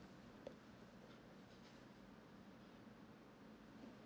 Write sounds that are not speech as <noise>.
<breath>